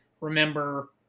remember